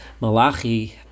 Malachi